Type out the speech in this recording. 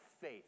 faith